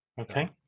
Okay